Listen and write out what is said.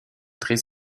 très